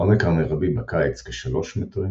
העומק המרבי בקיץ כ-3 מ'